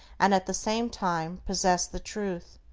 and at the same time possess the truth.